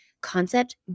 concept